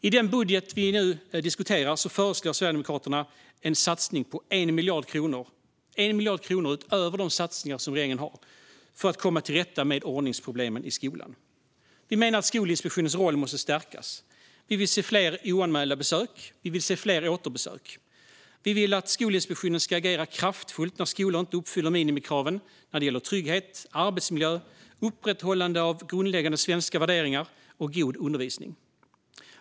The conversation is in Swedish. I den budget vi nu debatterar föreslår Sverigedemokraterna en satsning på 1 miljard kronor, utöver regeringens satsningar, för att komma till rätta med ordningsproblemen i skolan. Vi menar att Skolinspektionens roll måste stärkas. Vi vill se fler oanmälda besök och fler återbesök. Vi vill att Skolinspektionen ska agera kraftfullt när skolor inte uppfyller minimikraven när det gäller trygghet, arbetsmiljö, upprätthållande av grundläggande svenska värderingar och god undervisning.